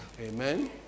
Amen